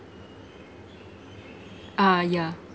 uh yeah